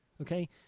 Okay